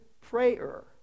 prayer